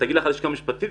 תגיד לך הלשכה המשפטית,